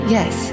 Yes